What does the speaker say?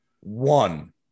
one